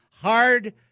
hard